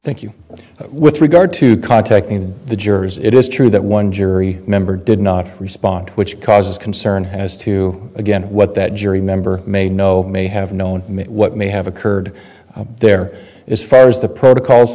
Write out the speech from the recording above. thank you with regard to contacting the jurors it is true that one jury member did not respond which causes concern as to again what that jury member may know may have known what may have occurred there as far as the protocol